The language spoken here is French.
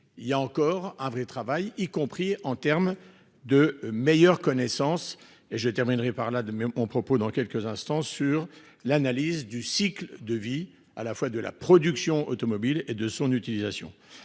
Il y a encore un vrai travail, y compris en terme de meilleures connaissances et je terminerai par là de mon propos, dans quelques instants sur l'analyse du cycle de vie, à la fois de la production automobile et de son utilisation.